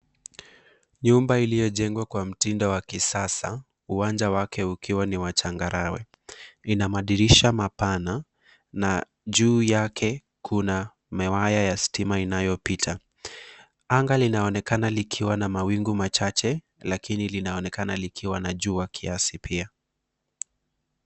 Nyumba iliyojengwa kwa mtindo wa kisasa, uwanja wake ukiwa ni wa changarawe. Ina madirisha mapana na juu yake kuna miwaya ya stima inayopita. Anga linaonekana likiwa na mawingu machache, lakini linaonekana likiwa na jua kiasi pia.